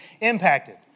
impacted